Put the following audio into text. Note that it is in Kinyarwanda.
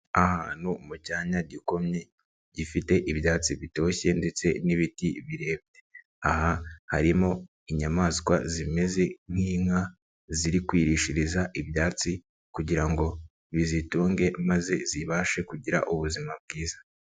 Ahantu mu cyanya gikomye gifite ibyatsi bitoshye ndetse n'ibiti birebire, aha harimo inyamaswa zimeze nk'inka ziri kwirishiriza ibyatsi kugira ngo bizitunge maze zibashe kugira ubuzima bwiza.